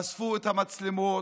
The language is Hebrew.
אספו את המצלמות,